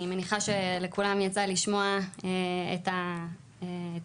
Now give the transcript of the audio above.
אני מניחה שלכולם יצא לשמוע את המונח.